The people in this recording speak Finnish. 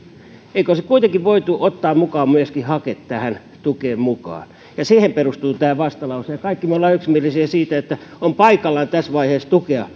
eikö olisi kuitenkin voitu ottaa myös hake tähän tukeen mukaan siihen perustuu tämä vastalause kaikki me olemme yksimielisiä siitä että on paikallaan tässä vaiheessa tukea